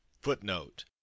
footnote